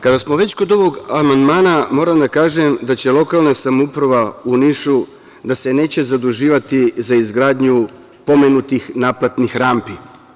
Kada smo već kod ovog amandmana, moram da kažem da će lokalna samouprava u Nišu, da se neće zaduživati za izgradnju pomenutih naplatnih rampi.